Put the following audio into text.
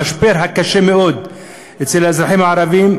המשבר הקשה מאוד אצל האזרחים הערבים,